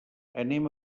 anem